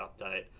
update